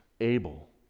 Abel